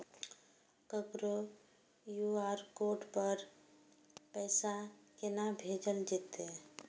ककरो QR code पर पैसा कोना भेजल जेतै?